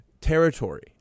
territory